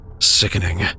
Sickening